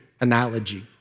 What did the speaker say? analogy